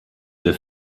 der